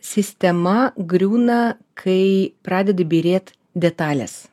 sistema griūna kai pradedi byrėt detalės